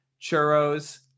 churros